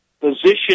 position